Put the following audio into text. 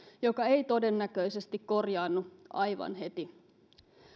joka ei todennäköisesti korjaannu aivan heti